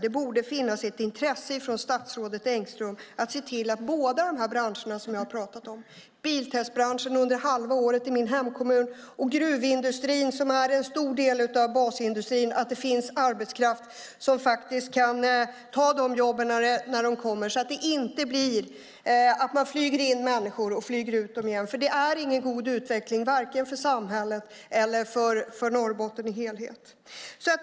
Det borde finnas ett intresse från statsrådet Engström att se till att det till båda de branscher som jag har pratat om, biltestbranschen under halva året i min hemkommun och gruvindustrin, som är en stor del av basindustrin, finns arbetskraft som faktiskt kan ta de jobben när de kommer, så att det inte blir så att man flyger in människor och flyger ut dem igen. Det är ingen god utveckling vare sig för samhället eller för Norrbotten i dess helhet.